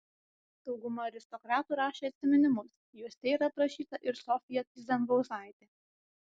dauguma aristokratų rašė atsiminimus juose yra aprašyta ir sofija tyzenhauzaitė